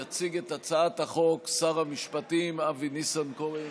יציג את הצעת החוק שר המשפטים אבי ניסנקורן.